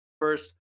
first